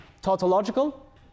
Tautological